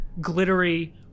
glittery